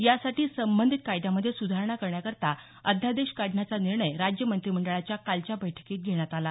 यासाठी संबंधित कायद्यामध्ये सुधारणा करण्याकरता अध्यादेश काढण्याचा निर्णय राज्य मंत्रिमंडळाच्या कालच्या बैठकीत घेण्यात आला